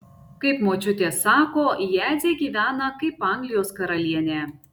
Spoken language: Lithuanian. kaip močiutė sako jadzė gyvena kaip anglijos karalienė